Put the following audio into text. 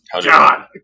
god